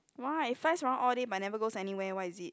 why it flies around all day but never goes anywhere what is it